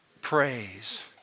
Praise